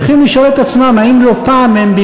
צריכים לשאול את עצמם אם לא פעם הם,